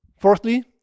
Fourthly